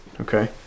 Okay